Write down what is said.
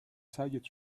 سعیت